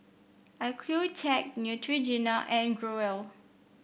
Accucheck Neutrogena and Growell